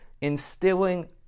instilling